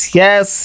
yes